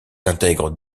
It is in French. intègre